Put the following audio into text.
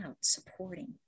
supporting